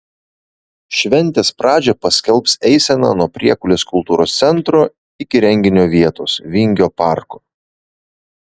šventės pradžią paskelbs eisena nuo priekulės kultūros centro iki renginio vietos vingio parko